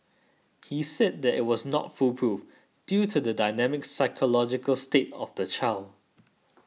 he said that it was not foolproof due to the dynamic psychological state of the child